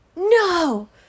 No